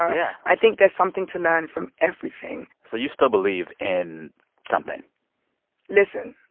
yeah i think there's something to learn from everything so you still believe in something listen.